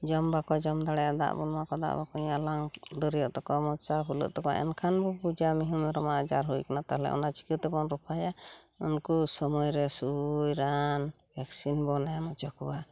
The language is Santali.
ᱡᱚᱢ ᱵᱟᱠᱚ ᱡᱚᱢ ᱫᱟᱲᱮᱭᱟᱜᱼᱟ ᱫᱟᱜ ᱵᱚᱱ ᱮᱢᱟᱠᱚᱣᱟ ᱫᱟᱜ ᱵᱟᱠᱚ ᱧᱩᱭᱟ ᱟᱞᱟᱝ ᱫᱟᱹᱨᱭᱟᱹᱜ ᱛᱟᱠᱚᱣᱟ ᱢᱚᱪᱟ ᱯᱷᱩᱞᱟᱹᱜ ᱛᱟᱠᱚᱣᱟ ᱮᱱᱠᱷᱟᱱ ᱵᱚᱱ ᱵᱩᱡᱟ ᱢᱤᱦᱩ ᱢᱮᱨᱚᱢᱟᱜ ᱟᱡᱟᱨ ᱦᱩᱭ ᱟᱠᱟᱱᱟ ᱛᱟᱦᱚᱞᱮ ᱚᱱᱟ ᱪᱤᱠᱟᱹᱛᱮᱵᱚᱱ ᱨᱚᱯᱷᱟᱭᱟ ᱩᱱᱠᱩ ᱥᱚᱢᱚᱭ ᱨᱮ ᱥᱩᱭ ᱨᱟᱱ ᱵᱷᱮᱠᱥᱤᱱ ᱵᱚᱱ ᱮᱢ ᱦᱚᱪᱚ ᱠᱚᱣᱟ